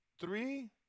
three